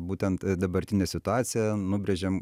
būtent dabartinę situaciją nubrėžėm